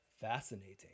fascinating